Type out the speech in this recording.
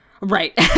Right